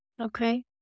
Okay